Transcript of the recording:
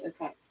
Okay